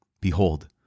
Behold